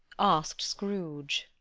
asked scrooge.